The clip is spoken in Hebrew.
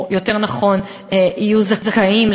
או יותר נכון יהיו זכאים,